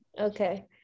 okay